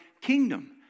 kingdom